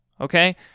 Okay